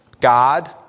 God